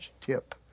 tip